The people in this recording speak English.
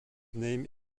name